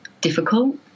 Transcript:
difficult